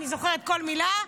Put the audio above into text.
אני זוכרת כל מילה,